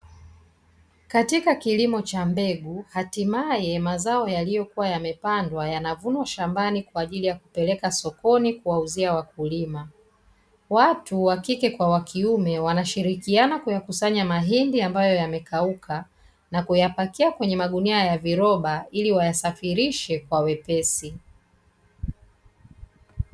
Katika kilimo cha mbegu hatimaye mazao yaliyokuwa yamepandwa yanavunwa shambani kwa ajili ya kupelekwa sokoni kuwauzia wakulima. Watu wa kike kwa wa kiume wanashirikiana kuyakusanya mahindi ambayo yamekauka na kuyapakia kwenye magunia ya viroba ili wayasafirishe kwa wepesi.